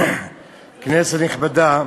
כנסת נכבדה,